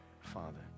Father